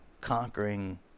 conquering